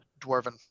dwarven